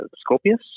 Scorpius